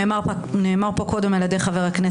איתנו על טיק-טוק?